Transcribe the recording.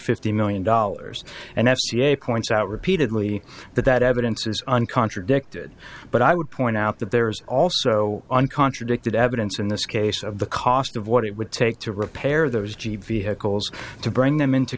fifty million dollars and that ca points out repeatedly that that evidence is on contradicted but i would point out that there's also uncontradicted evidence in this case of the cost of what it would take to repair those jeep vehicles to bring them into